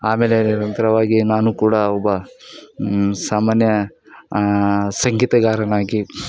ಆಮೇಲೆ ನಿರಂತರವಾಗಿ ನಾನೂ ಕೂಡ ಒಬ್ಬ ಸಾಮಾನ್ಯ ಸಂಗೀತಗಾರನಾಗಿ